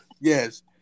Yes